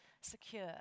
secure